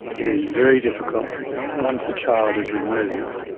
it is very difficult once a child is removed,